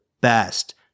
best